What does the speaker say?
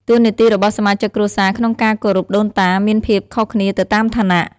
តួនាទីរបស់សមាជិកគ្រួសារក្នុងការគោរពដូនតាមានភាពខុសគ្នាទៅតាមឋានៈ។